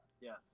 Yes